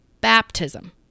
baptism